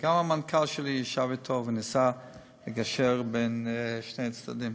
גם המנכ"ל שלי ישב אתו וניסה לגשר בין שני הצדדים.